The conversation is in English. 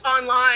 online